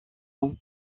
ans